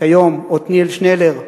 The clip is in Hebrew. כיום עתניאל שנלר,